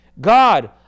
God